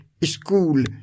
school